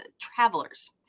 travelers